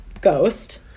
ghost